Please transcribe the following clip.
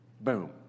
Boom